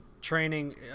training